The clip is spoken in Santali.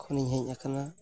ᱠᱷᱚᱱᱤᱧ ᱦᱮᱡ ᱟᱠᱟᱱᱟ